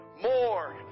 more